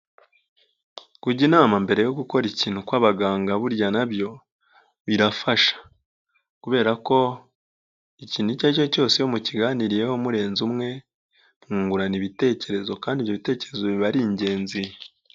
Kujya inama mbere yo gukora ikintu kw'abaganga burya na byo birafasha kubera ko ikintu icyo ari cyo cyose iyo mukiganiriyeho murenze umwe mwungurana ibitekerezo kandi ibyo bitekerezo biba ari ingenzi.